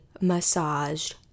massaged